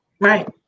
Right